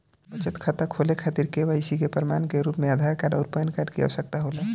बचत खाता खोले खातिर के.वाइ.सी के प्रमाण के रूप में आधार आउर पैन कार्ड की आवश्यकता होला